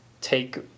take